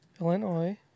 Illinois